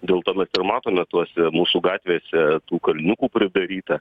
dėl to mes ir matome tuose mūsų gatvėse tų kalniukų pridaryta